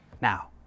Now